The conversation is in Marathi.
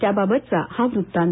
त्याबाबतचा हा वृत्तांत